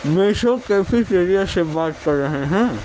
Meesho cafeteria سے بات کر رہے ہیں